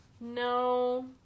no